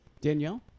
Danielle